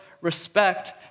respect